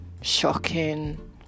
shocking